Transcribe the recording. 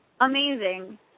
amazing